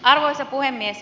arvoisa puhemies